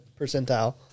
percentile